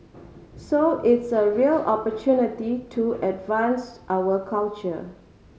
so it's a real opportunity to advance our culture